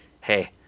hey